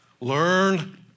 Learn